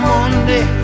Monday